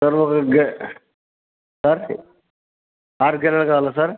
sir ఒక గెల sir ఆరు గెలలు కావాలా సార్